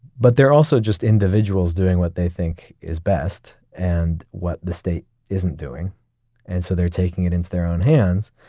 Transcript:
but they're also just individuals doing what they think is best, and what the state isn't doing and so they're taking it into their own hands.